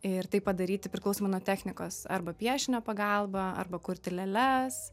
ir tai padaryti priklausomai nuo technikos arba piešinio pagalba arba kurti lėles